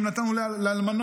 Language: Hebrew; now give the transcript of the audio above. נתנו לאלמנות,